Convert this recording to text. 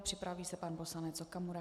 Připraví se pan poslanec Okamura.